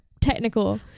technical